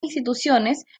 instituciones